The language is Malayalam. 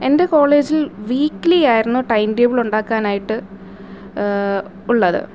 എൻ്റെ കോളേജിൽ വീക്ലി ആയിരുന്നു ടൈം ടേബിൾ ഉണ്ടാക്കാനായിട്ട് ഉള്ളത്